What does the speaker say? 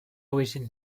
origine